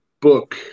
book